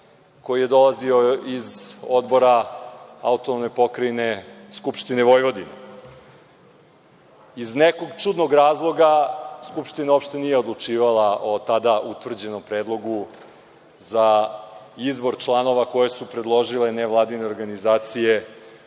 koji je dolazio iz odbora AP Skupštine Vojvodine. Iz nekog čudnog razloga, Skupština uopšte nije odlučivala o tada utvrđenom predlogu za izbor članova koje su predložile nevladine organizacije,